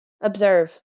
Observe